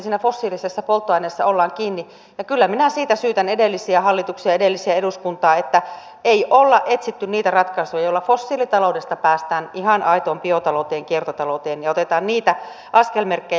siinä fossiilisessa polttoaineessa ollaan kiinni ja kyllä minä siitä syytän edellisiä hallituksia edellisiä eduskuntia että ei olla etsitty niitä ratkaisuja joilla fossiilitaloudesta päästään ihan aitoon biotalouteen kiertotalouteen ja otetaan niitä askelmerkkejä